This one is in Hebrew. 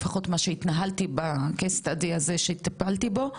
לפחות מה שהתנהלתי בקייס הזה שטיפלתי בו,